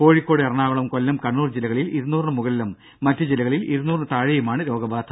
കോഴിക്കോട് എറണാകുളം കൊല്ലം കണ്ണൂർ ജില്ലകളിൽ ഇരുനൂറിന് മുകളിലും മറ്റ് ജില്ലകളിൽ ഇരുനൂറിന് താഴെയുമാണ് രോഗബാധ